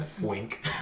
wink